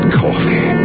coffee